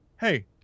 Hey